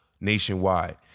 nationwide